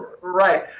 right